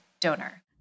donor